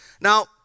Now